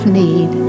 need